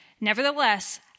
Nevertheless